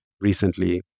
recently